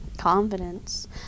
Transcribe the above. Confidence